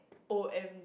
O M